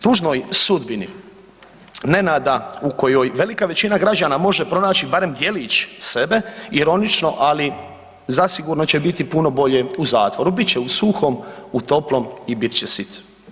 Tužnoj sudbini Nenada u kojoj velika većina građana može pronaći barem djelić sebe ironično, ali zasigurno će biti puno bolje u zatvoru, bit će u suhom, u toplom i bit će sit.